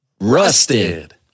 Rusted